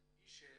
אבל מי שמעל,